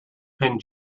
pinned